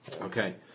Okay